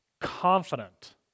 Confident